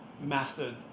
mastered